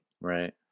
right